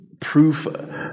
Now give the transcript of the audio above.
proof